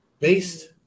Based